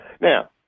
Now